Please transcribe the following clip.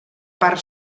part